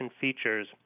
features